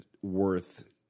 worth